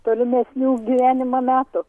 tolimesnių gyvenimo metų